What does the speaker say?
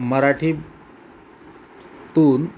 मराठीतून